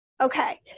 Okay